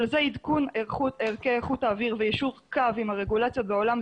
עדכון ערכי איכות האוויר ויישור קו עם הרגולציות בעולם,